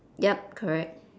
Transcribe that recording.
yup correct